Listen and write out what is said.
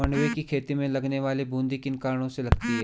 मंडुवे की खेती में लगने वाली बूंदी किन कारणों से लगती है?